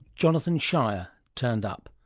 jonathan shier turned up.